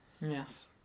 Yes